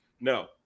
No